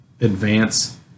advance